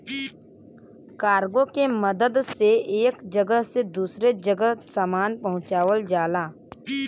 cargo के मदद से एक जगह से दूसरे जगह सामान पहुँचावल जाला